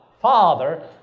Father